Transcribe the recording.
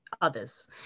others